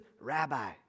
Rabbi